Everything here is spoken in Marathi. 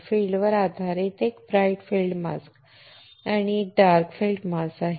फील्डवर आधारित एक ब्राइट फील्ड मास्कआहे आणि एक डार्क फील्ड मास्क आहे